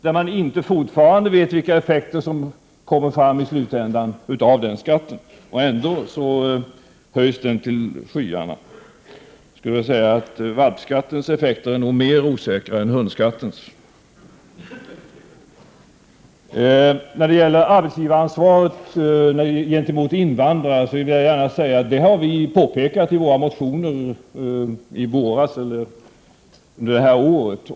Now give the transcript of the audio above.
Vi vet fortfarande inte vilka effekter som kommer i slutändan av den skatten. Ändå höjs den till skyarna av er. Jag skulle vilja säga att valpskattens effekter nog är mer osäkra än hundskattens. När det gäller arbetsgivaransvaret gentemot invandrare vill jag gärna säga att detta har påpekats i våra motioner från i våras bl.a.